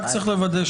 רק צריך לוודא,